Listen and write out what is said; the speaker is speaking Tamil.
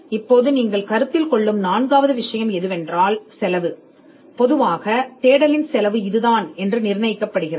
இப்போது நீங்கள் கருத்தில் கொள்ளும் நான்காவது விஷயம் பொதுவாக ஒரு தேடலின் செலவு நிர்ணயிக்கப்படுகிறது